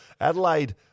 Adelaide